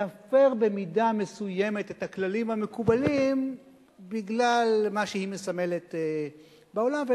להפר במידה מסוימת את הכללים המקובלים בגלל מה שהיא מסמלת בעולם.